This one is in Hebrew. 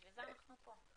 בשביל זה אנחנו פה.